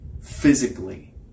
physically